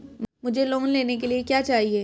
मुझे लोन लेने के लिए क्या चाहिए?